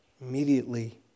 immediately